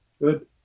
Good